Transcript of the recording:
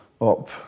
up